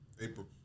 April